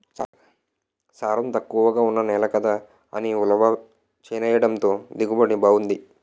సారం తక్కువగా ఉన్న నేల కదా అని ఉలవ చేనెయ్యడంతో దిగుబడి బావుంది